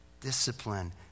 discipline